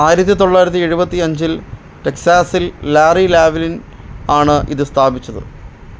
ആയിരത്തി തൊള്ളായിരത്തി എഴുപത്തി അഞ്ചിൽ ടെക്സാസിൽ ലാറി ലാവിൻ ആണ് ഇത് സ്ഥാപിച്ചത്